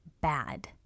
bad